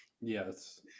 Yes